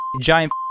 giant